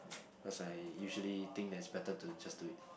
because I usually think that's better to just do it